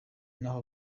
naho